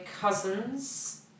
cousin's